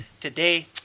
today